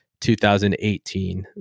2018